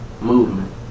movement